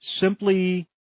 Simply